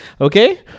Okay